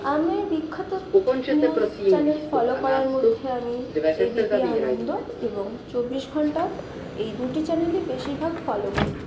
আমার বিখ্যাত news channel follow করার মধ্যে আমি এবিপি আনন্দ এবং চব্বিশ ঘন্টা এই দুটি চ্যানেলই বেশিরভাগ ফলো করি